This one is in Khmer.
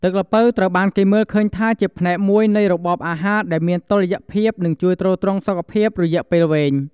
ទឹកល្ពៅត្រូវបានគេមើលឃើញថាជាផ្នែកមួយនៃរបបអាហារដែលមានតុល្យភាព និងជួយទ្រទ្រង់សុខភាពរយៈពេលវែង។